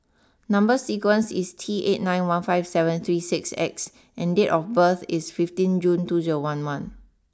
number sequence is T eight nine one five seven three six X and date of birth is fifteen June two zero one one